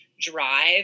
drive